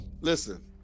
Listen